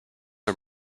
are